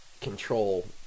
control